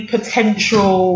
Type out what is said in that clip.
Potential